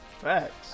Facts